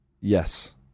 Yes